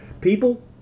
People